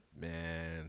man